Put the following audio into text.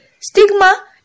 Stigma